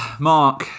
Mark